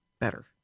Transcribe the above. better